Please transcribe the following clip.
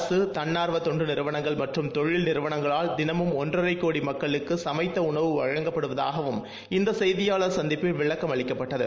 அரசு தன்னார்வ தொண்டு நிறுவனங்கள் மற்றும் தொழில் நிறுவனங்களால் தினமும் ஒன்றரை கோடி மக்களுக்கு சமைத்த உணவு வழங்கப்படுவதாகவும் இந்த செய்தியாளர் சந்திப்பில் விளக்கம் அளிக்கப்பட்டது